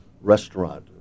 restaurant